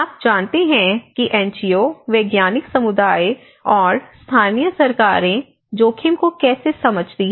आप जानते हैं कि एनजीओ वैज्ञानिक समुदाय और स्थानीय सरकारें जोखिम को कैसे समझती हैं